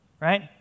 right